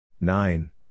nine